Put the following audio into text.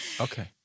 Okay